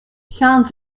gaan